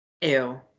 Ew